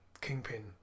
Kingpin